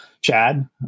Chad